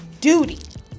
duty